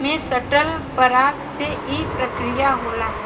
में सटल पराग से ई प्रक्रिया होला